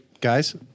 Guys